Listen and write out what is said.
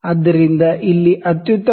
ಆದ್ದರಿಂದ ಇಲ್ಲಿ ಅತ್ಯುತ್ತಮವಾದ ಎಲೆ 5 ಬೈ 100 ಮಿ